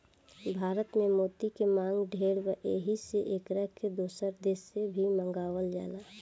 भारत में मोती के मांग ढेर बा एही से एकरा के दोसर देश से भी मंगावल जाला